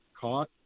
caught